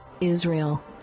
Israel